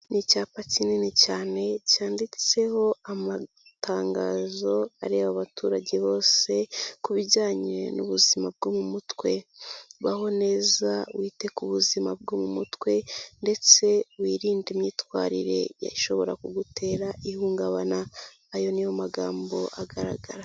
Ni icyapa kinini cyane cyanditseho amatangazo areba abaturage bose ku bijyanye n'ubuzima bwo mu mutwe. Baho neza wite ku buzima bwo mu mutwe ndetse wirinde imyitwarire ishobora kugutera ihungabana. Ayo ni yo magambo agaragara.